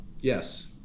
yes